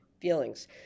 feelings